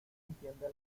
entiende